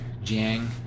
Jiang